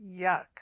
yuck